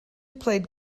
played